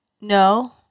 no